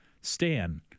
Stan